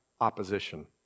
opposition